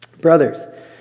Brothers